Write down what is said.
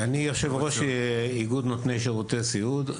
אני דורון רז, יושב ראש איגוד נותני שרותי הסיעוד.